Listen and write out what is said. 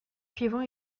suivant